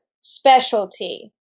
specialty